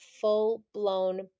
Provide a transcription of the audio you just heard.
full-blown